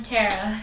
Tara